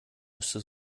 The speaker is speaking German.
müsste